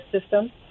system